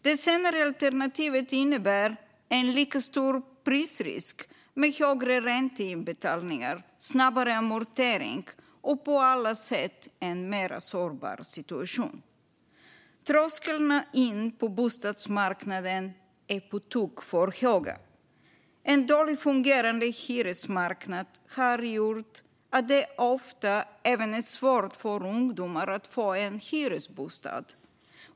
Det senare alternativet innebär en lika stor prisrisk men högre ränteinbetalningar, snabbare amortering och på alla sätt en mer sårbar situation. Trösklarna in på bostadsmarknaden är på tok för höga. En dåligt fungerande hyresmarknad har gjort att det ofta även är svårt för ungdomar att få en hyresbostad.